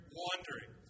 wandering